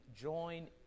join